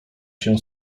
się